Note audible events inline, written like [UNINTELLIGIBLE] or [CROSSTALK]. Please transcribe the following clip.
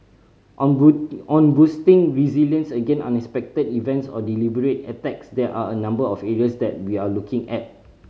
on [UNINTELLIGIBLE] on boosting resilience against unexpected events or deliberate attacks there are a number of areas that we are looking at